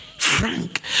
frank